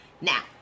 Now